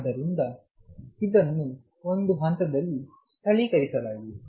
ಆದ್ದರಿಂದ ಇದನ್ನು ಒಂದು ಹಂತದಲ್ಲಿ ಸ್ಥಳೀಕರಿಸಲಾಗಿದೆ